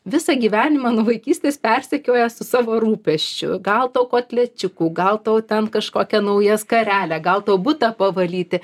visą gyvenimą nuo vaikystės persekioja su savo rūpesčiu gal tau kotlečiukų gal tau ten kažkokią naują skarelę gal tau butą pavalyti